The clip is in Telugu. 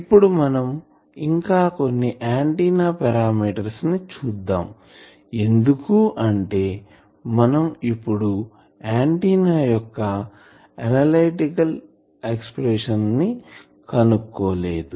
ఇప్పుడు మనం ఇంకా కొన్ని ఆంటిన్నా పారామీటర్స్ ని చూద్దాం ఎందుకు అంటే మనం ఇప్పుడు ఆంటిన్నా యొక్క అనలిటికల్ ఎక్సప్రెషన్స్ ను కనుక్కోలేదు